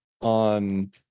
on